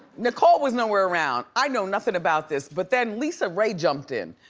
nicole was no where around. i know nothing about this, but then lisa ray jumped in,